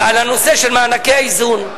ועל הנושא של מענקי האיזון,